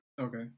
okay